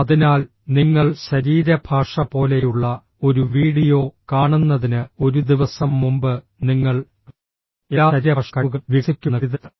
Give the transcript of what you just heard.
അതിനാൽ നിങ്ങൾ ശരീരഭാഷ പോലെയുള്ള ഒരു വീഡിയോ കാണുന്നതിന് ഒരു ദിവസം മുമ്പ് നിങ്ങൾ എല്ലാ ശരീരഭാഷ കഴിവുകളും വികസിപ്പിക്കുമെന്ന് കരുതരുത്